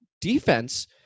defense